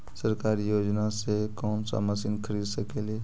सरकारी योजना से कोन सा मशीन खरीद सकेली?